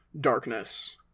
darkness